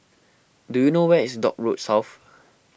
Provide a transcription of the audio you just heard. do you know where is Dock Road South